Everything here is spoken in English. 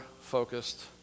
focused